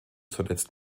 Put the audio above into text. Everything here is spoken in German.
zuletzt